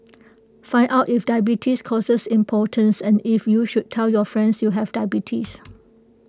find out if diabetes causes impotence and if you should tell your friends you have diabetes